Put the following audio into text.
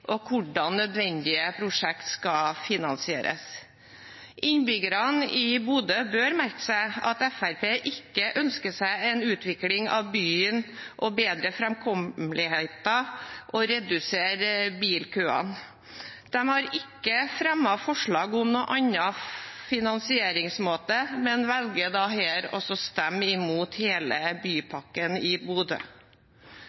og hvordan nødvendige prosjekt skal finansieres. Innbyggerne i Bodø bør merke seg at Fremskrittspartiet ikke ønsker seg en utvikling av byen, bedre framkommeligheten eller å redusere bilkøene. De har ikke fremmet forslag om noen annen finansieringsmåte, men velger her å stemme imot hele